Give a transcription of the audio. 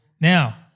Now